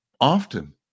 often